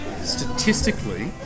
statistically